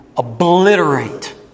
obliterate